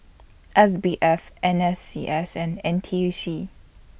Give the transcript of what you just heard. S B F N S C S and N T U C